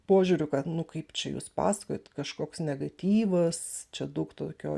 požiūriu kad nu kaip čia jūs pasakojat kažkoks negatyvas čia daug tokio